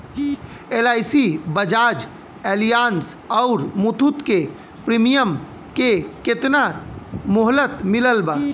LIC Bajaj Allianz आउर मुथूट के premium के केतना मुहलत मिलल बा?